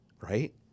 right